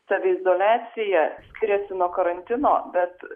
saviizoliacija skiriasi nuo karantino bet